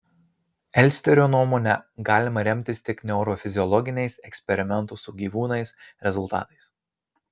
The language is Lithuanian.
elsterio nuomone galime remtis tik neurofiziologiniais eksperimentų su gyvūnais rezultatais